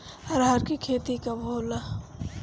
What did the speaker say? अरहर के खेती कब होला?